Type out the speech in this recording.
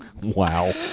Wow